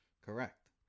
Correct